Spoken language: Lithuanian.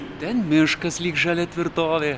ten miškas lyg žalia tvirtovė